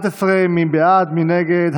בעד, 42, נגד,